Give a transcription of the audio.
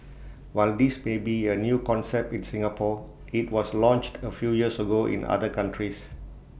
while this may be A new concept in Singapore IT was launched A few years ago in other countries